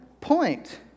point